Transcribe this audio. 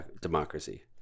Democracy